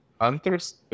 hunters